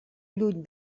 lluny